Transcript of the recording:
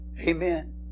Amen